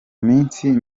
minsi